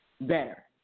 better